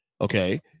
Okay